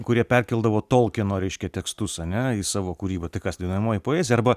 kurie perkeldavo tolkieno reiškia tekstus ane į savo kūrybą tai kas dainuojamoji poezija arba